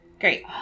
Great